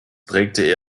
prägte